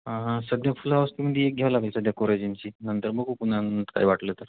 हां हां सध्या फुलावस्तीमध्ये एक घ्यावं लागेल सध्या कोरायजनची नंतर मग बघू आपण काय वाटलं तर